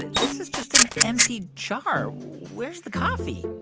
this is just an empty jar. where's the coffee?